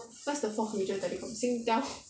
what's the fourth major telecom Singtel